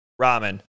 ramen